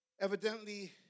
evidently